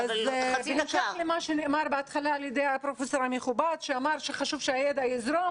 בהמשך למה שנאמר בהתחלה על ידי הפרופסור המכובד שאמר שחשוב שהידע יזרום